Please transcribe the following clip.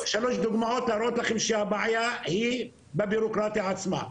שלוש דוגמאות להראות לכם שהבעיה היא בבירוקרטיה עצמה.